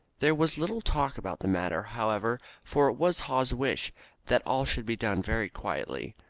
there was little talk about the matter, however, for it was haw's wish that all should be done very quietly.